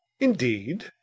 Indeed